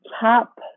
top